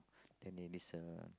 then they listen ah